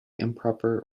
improper